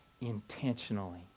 intentionally